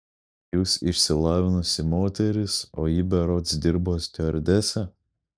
jūs išsilavinusi moteris o ji berods dirbo stiuardese